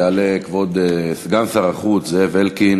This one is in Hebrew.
יעלה סגן שר החוץ זאב אלקין